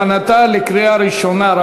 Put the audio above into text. לוועדת הכלכלה להכנתה לקריאה ראשונה.